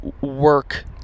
work